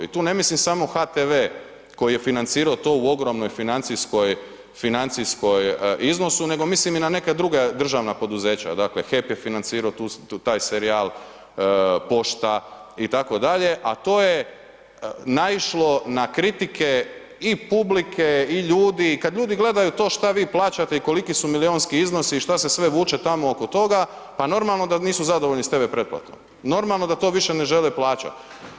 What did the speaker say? I tu ne mislim samo HTV koji je financirao te u ogromnom financijskom iznosu, nego mislim i na neka druga državna poduzeća, dakle HEP je financirao taj serijal, Pošta itd., a to je naišlo na kritike i publike i ljudi, kad ljudi gledaju to šta vi plaćate i koliki su milijunski iznosi i šta se sve vuče tamo oko toga, pa normalno da nisu zadovoljni sa TV pretplatom, normalno da to više ne žele plaćati.